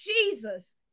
jesus